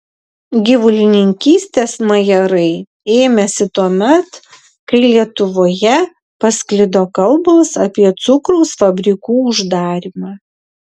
gyvulininkystės majerai ėmėsi tuomet kai lietuvoje pasklido kalbos apie cukraus fabrikų uždarymą